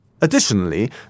Additionally